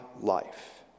life